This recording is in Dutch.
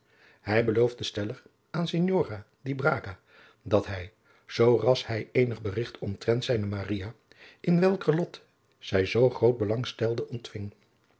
hij beloofde stellig aan signora di braga dat hij zooras hij eenig berigt omtrent zijne maria in welker lot zij zoo groot belang stelde ontving